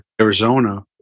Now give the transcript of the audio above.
Arizona